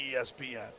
ESPN